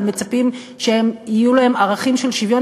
אבל מצפים שיהיו להם ערכים של שוויון